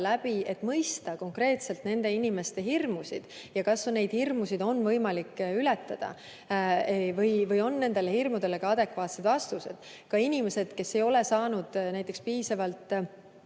läbi, et mõista konkreetselt nende inimeste hirmusid ja seda, kas neid hirmusid on võimalik ületada või on nendele hirmudele ka adekvaatsed vastused. Ka inimestel, kes ei ole saanud näiteks piisavalt